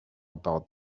about